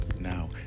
Now